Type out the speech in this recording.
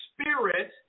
Spirit